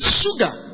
sugar